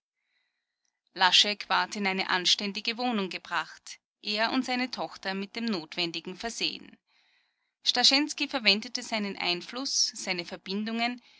ward in eine anständige wohnung gebracht er und seine tochter mit dem notwendigen versehen starschensky verwendete seinen einfluß seine verbindungen